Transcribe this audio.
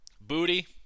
booty